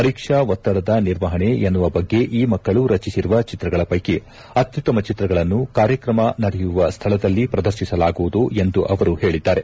ಪರೀಕ್ಷಾ ಒತ್ತಡದ ನಿರ್ವಹಣೆ ಎನ್ನವ ಬಗ್ಗೆ ಈ ಮಕ್ಕಳು ರಚಿಸಿರುವ ಚಿತ್ರಗಳ ಪೈಕಿ ಅತ್ತುತ್ತಮ ಚಿತ್ರಗಳನ್ನು ಕಾರ್ಯಕಮ ನಡೆಯುವ ಸ್ವಳದಲ್ಲಿ ಪ್ರದರ್ತಿಸಲಾಗುವುದು ಎಂದು ಅವರು ಹೇಳಿದ್ದಾರೆ